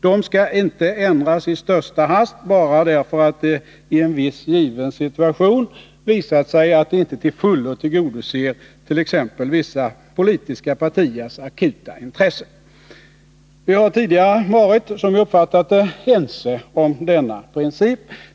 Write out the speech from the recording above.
De skall inte ändras i största hast bara därför att de i en viss given situation inte visat sig till fullo tillgodose t.ex. vissa politiska partiers akuta intressen. Vi har tidigare varit — som jag uppfattat det — ense om denna princip.